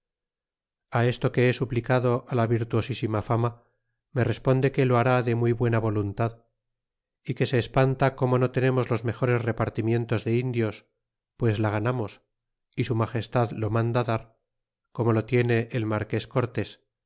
esto que he suplicado la virtuosisima fama me responde que lo hará de muy buena voluntad y que se espanta como no tenemos los mejores repartimientos de indios pues la ganamos y su magestad lo manda dar como lo tiene el marques cortés